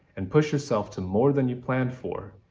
and push yourself to more than you planned for,